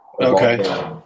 Okay